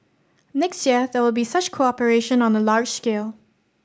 next year there will be such cooperation on a large scale